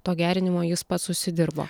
to gerinimo jis pats užsidirbo